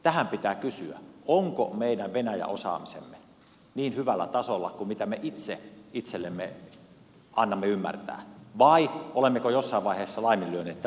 tähän pitää kysyä onko meidän venäjä osaamisemme niin hyvällä tasolla kuin mitä me itse itsellemme annamme ymmärtää vai olemmeko jossain vaiheessa laiminlyöneet tätä asiaa